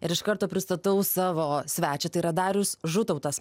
ir iš karto pristatau savo svečią tai yra darius žutautas